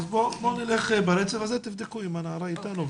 אז בואו נלך ברצף הזה ותבדקו אם הנערה איתנו.